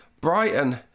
Brighton